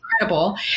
incredible